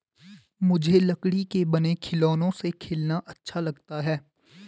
मुझे लकड़ी के बने खिलौनों से खेलना अच्छा लगता है